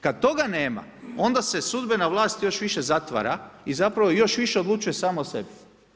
Kada toga nema, onda se sudbena vlast još više zatvara i zapravo još više odlučuje sama o sebi.